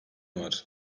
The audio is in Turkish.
var